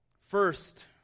First